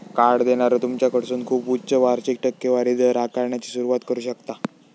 card देणारो तुमच्याकडसून खूप उच्च वार्षिक टक्केवारी दर आकारण्याची सुरुवात करू शकता